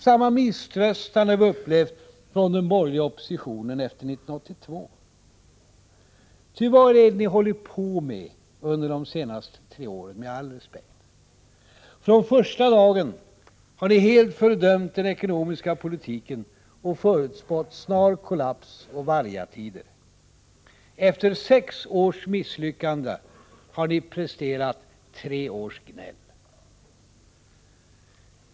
Samma misströstan har vi upplevt från den borgerliga oppositionen efter 1982. Ty — med all respekt — vad är det ni hållit på med under de senaste tre åren? Från första dagen har ni fördömt den ekonomiska politiken och förutspått snar kollaps och vargatider. Efter sex års misslyckande har ni presterat tre års gnäll.